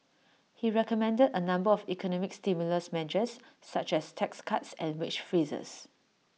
he recommended A number of economic stimulus measures such as tax cuts and wage freezes